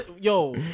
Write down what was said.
yo